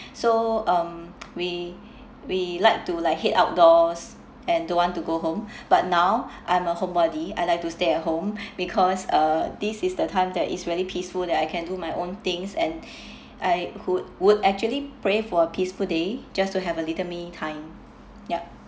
so um we we like to like head outdoors and don't want to go home but now I'm a homebody I like to stay at home because uh this is the time that it's really peaceful that I can do my own things and I would would actually pray for a peaceful day just to have a little me time yup